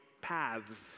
paths